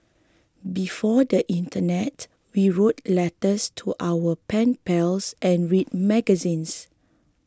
before the internet we wrote letters to our pen pals and read magazines